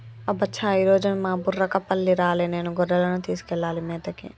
అబ్బ చా ఈరోజు మా బుర్రకపల్లి రాలే నేనే గొర్రెలను తీసుకెళ్లాలి మేతకి